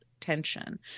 tension